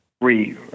three